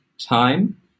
time